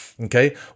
okay